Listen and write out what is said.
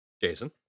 Jason